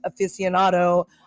aficionado